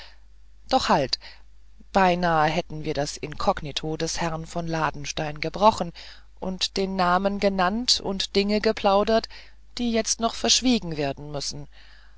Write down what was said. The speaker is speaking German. doch halt beinahe hätten wir das inkognito des herrn von ladenstein gebrochen und namen genannt und dinge geplaudert die jetzt noch verschwiegen werden müssen